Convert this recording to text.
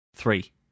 Three